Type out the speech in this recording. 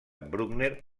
bruckner